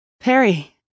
Perry